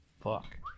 fuck